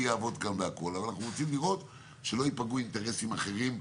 ולכן, אנחנו מבקשים סמכות לשר הפנים,